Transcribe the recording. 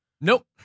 Nope